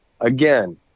again